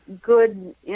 good